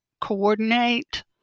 coordinate